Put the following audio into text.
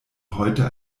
heute